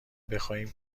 بخواهیم